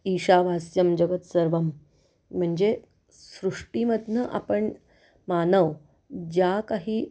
ईशावास्यम जगत सर्वम म्हणजे सृष्टीमधनं आपण मानव ज्या काही